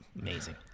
Amazing